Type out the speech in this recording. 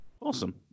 Awesome